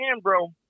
bro